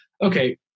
okay